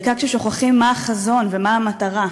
בעיקר כששוכחים מה החזון ומה המטרה.